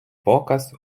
показ